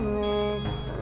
makes